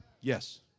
Yes